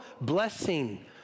blessing